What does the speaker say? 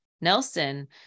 Nelson